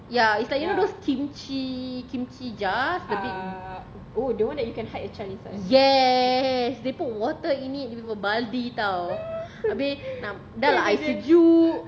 ya it's like you know those kimchi kimchi jars yes they put water in it dah rupa baldi [tau] habis dah lah air sejuk